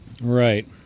Right